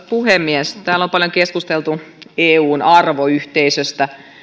puhemies täällä on paljon keskusteltu eun arvoyhteisöstä